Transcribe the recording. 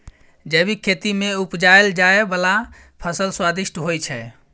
जैबिक खेती मे उपजाएल जाइ बला फसल स्वादिष्ट होइ छै